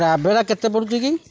Tavera କେତେ ପଡ଼ୁଛି କି